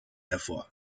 hervor